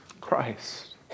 Christ